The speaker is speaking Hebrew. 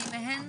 מי מהן?